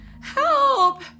Help